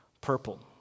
Purple